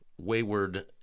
wayward